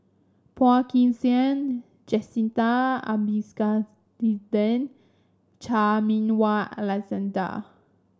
Phua Kin Siang Jacintha Abisheganaden Chan Meng Wah Alexander